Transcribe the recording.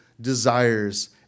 desires